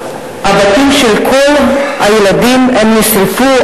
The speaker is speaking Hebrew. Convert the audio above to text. הבתים של כל הילדים נשרפו,